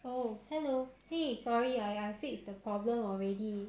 oh ya